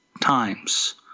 times